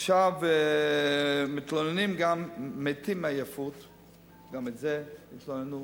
עכשיו גם מתלוננים: "מתים מעייפות"; גם את זה התלוננו.